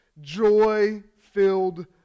joy-filled